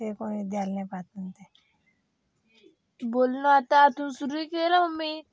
राजूचे वडील बाजारात दररोज कोंबडीची अंडी विकतात